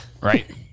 Right